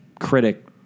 critic